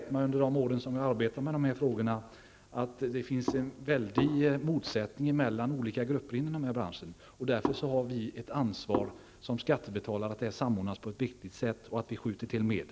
Under de år som jag har arbetat med dessa frågor har jag lärt mig att det finns stora motsättningar mellan olika grupper inom denna bransch. Därför har vi som skattebetalare ett ansvar för att detta samordnas på ett riktigt sätt och att det skjuts till medel.